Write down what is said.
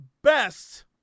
Best